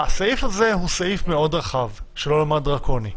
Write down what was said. הסעיף הזה הוא סעיף מאוד רחב, שלא לומר דרקוני.